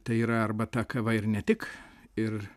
tai yra arbata kava ir ne tik ir